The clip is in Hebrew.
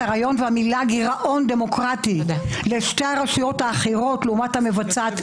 הרעיון והמילה גירעון דמוקרטי בין שתי הרשויות האחרות לעומת המבצעת,